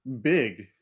big